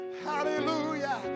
hallelujah